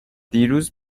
دیروز